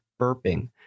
burping